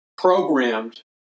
programmed